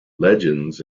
legends